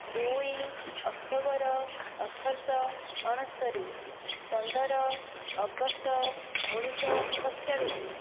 ଦୁଇ ଅକ୍ଟୋବର ଅଠରଶହ ଅଣସ୍ତରି ପନ୍ଦର ଅଗଷ୍ଟ ଉଣେଇଶହ ସତଚାଳିଶ